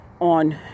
on